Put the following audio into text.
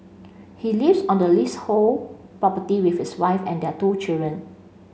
he lives on the leasehold property with his wife and their two children